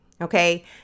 okay